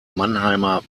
mannheimer